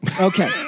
Okay